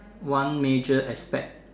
one major aspect